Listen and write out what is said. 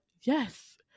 yes